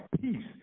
peace